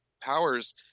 powers